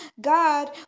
God